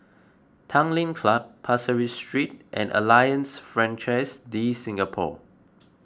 Tanglin Club Pasir Ris Street and Alliance Francaise De Singapour